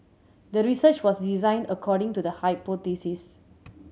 the research was designed according to the hypothesis